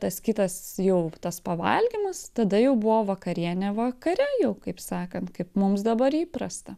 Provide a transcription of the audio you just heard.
tas kitas jau tas pavalgymas tada jau buvo vakarienė vakare jau kaip sakant kaip mums dabar įprasta